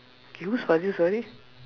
use what is it sorry